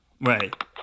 Right